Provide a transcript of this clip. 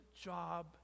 job